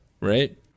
right